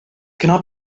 cannot